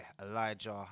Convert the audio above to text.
Elijah